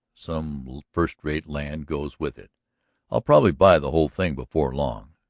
some first-rate land goes with it i'll probably buy the whole thing before long.